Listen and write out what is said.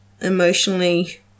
emotionally